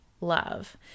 love